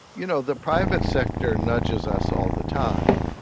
you know, the private sector nudges us all the time,